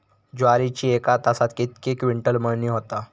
ज्वारीची एका तासात कितके क्विंटल मळणी होता?